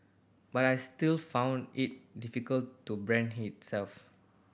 but I still found it difficult to brand itself